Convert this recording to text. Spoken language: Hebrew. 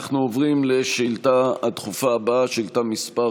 אנחנו עוברים לשאילתה הדחופה הבאה, שאילתה מס'